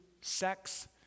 sex